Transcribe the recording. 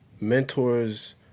mentors